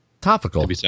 Topical